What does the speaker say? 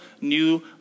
new